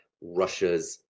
Russia's